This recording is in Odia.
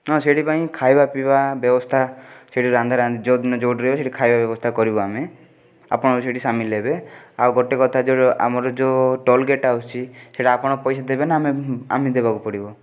ହଁ ସେଇଠି ପାଇଁ ଖାଇବା ପିଇବା ବ୍ୟବସ୍ଥା ସେଇଠି ରନ୍ଧାରାନ୍ଧି ଯେଉଁଠି ନା ଯେଉଁଠି ରହିବା ସେଇଠି ଖାଇବା ବ୍ୟବସ୍ଥା କରିବୁ ଆମେ ଆପଣ ସେଇଠି ସାମିଲ ହେବେ ଆଉ ଗୋଟେ କଥା ଆମର ଯେଉଁ ଟୋଲଗେଟ୍ ଆସୁଛି ସେଇଟା ଆପଣ ପଇସା ଦେବେ ନା ଆମେ ଆମେ ଦେବାକୁ ପଡ଼ିବ